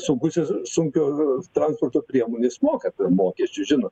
sunkusis sunkiojo transporto priemonės moka per mokesčius žinot